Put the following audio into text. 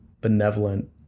benevolent